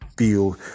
feel